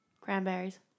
Cranberries